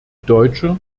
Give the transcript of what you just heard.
deutsche